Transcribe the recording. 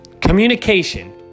Communication